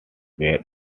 were